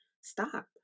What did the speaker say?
Stop